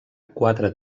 quatre